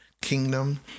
kingdom